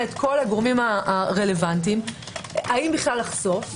את כל הגורמים הרלוונטיים האם בכלל לחשוף,